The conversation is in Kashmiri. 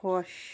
خۄش